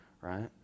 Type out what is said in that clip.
right